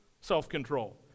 self-control